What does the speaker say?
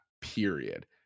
period